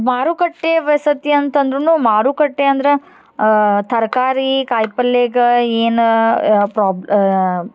ಮಾರುಕಟ್ಟೆ ವಸತಿ ಅಂತ ಅಂದರೂ ಮಾರುಕಟ್ಟೆ ಅಂದ್ರೆ ತರ್ಕಾರಿ ಕಾಯ್ಪಲ್ಯೆಗ ಏನು ಪ್ರಾಬ್